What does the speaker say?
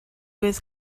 was